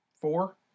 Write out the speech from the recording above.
four